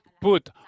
put